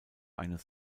eines